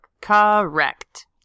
Correct